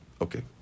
okay